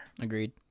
Agreed